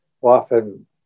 often